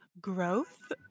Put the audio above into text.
growth